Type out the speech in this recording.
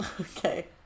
Okay